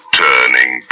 turning